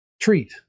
treat